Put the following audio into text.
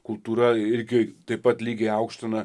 kultūra irgi taip pat lygiai aukština